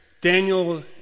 Daniel